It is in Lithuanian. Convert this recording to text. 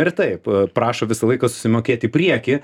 ir taip prašo visą laiką susimokėt į priekį